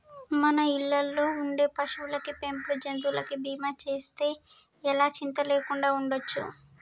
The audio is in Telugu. మన ఇళ్ళల్లో ఉండే పశువులకి, పెంపుడు జంతువులకి బీమా చేస్తే ఎలా చింతా లేకుండా ఉండచ్చు